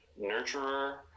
nurturer